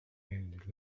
and